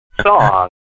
song